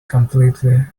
completely